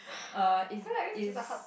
err is is